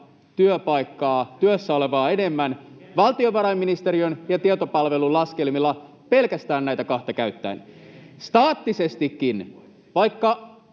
työpaikkaa, työssä olevaa enemmän valtiovarainministeriön ja tietopalvelun laskelmilla, pelkästään näitä kahta käyttäen. Staattisestikin, vaikka